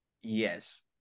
Yes